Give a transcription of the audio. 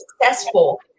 successful